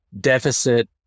deficit